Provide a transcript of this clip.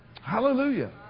Hallelujah